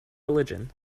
religion